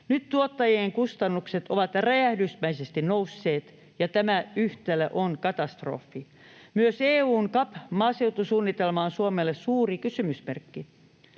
Nyt tuottajien kustannukset ovat räjähdysmäisesti nousseet, ja tämä yhtälö on katastrofi. Myös EU:n CAP-maaseutusuunnitelma on Suomelle suuri kysymysmerkki.